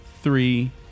three